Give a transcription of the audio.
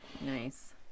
Nice